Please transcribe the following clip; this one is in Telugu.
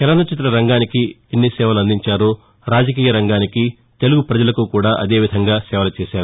చలనచిత్ర రంగానికి ఎన్ని సేవలు అందించారో రాజకీయ రంగానికి తెలుగు పజలకు కూడా అదే విధంగా సేవలు చేశారు